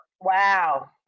Wow